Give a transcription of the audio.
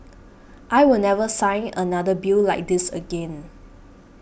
I will never sign another bill like this again